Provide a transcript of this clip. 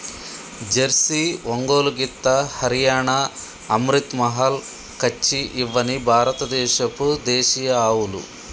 Jersey, Ongole గిత్త, హరియాణా, అమ్రిత్ మహల్, కచ్చి ఇవ్వని భారత దేశపు దేశీయ ఆవులు